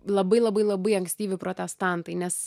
labai labai labai ankstyvi protestantai nes